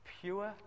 Pure